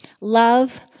love